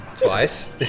Twice